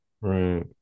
Right